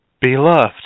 Beloved